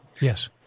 Yes